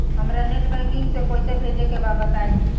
हमरा net banking से पईसा भेजे के बा बताई?